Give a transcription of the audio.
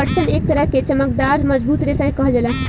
पटसन एक तरह के चमकदार मजबूत रेशा के कहल जाला